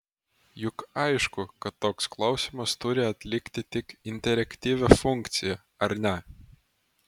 juk aišku kad toks klausimas turi atlikti tik interaktyvią funkciją ar ne